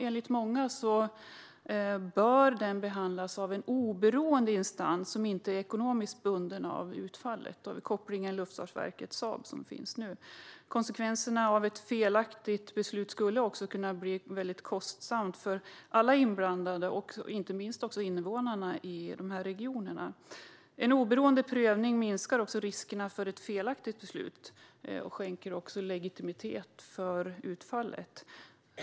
Enligt många bör den frågan behandlas av en oberoende instans som inte är ekonomiskt bunden av utfallet. Nu har vi ju kopplingen mellan Saab och Luftfartsverket. Konsekvenserna av ett felaktigt beslut skulle också kunna bli väldigt kostsamma för alla inblandade, inte minst invånarna i de här regionerna. En oberoende prövning minskar också riskerna för ett felaktigt beslut och skänker legitimitet åt utfallet.